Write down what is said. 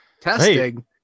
Testing